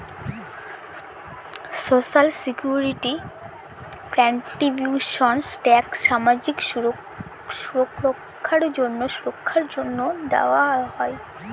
social security contributions tax সামাজিক সুররক্ষার জন্য দেয়